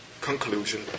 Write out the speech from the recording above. conclusion